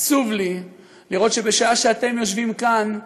עצוב לי לראות שבשעה שאתם יושבים כאן,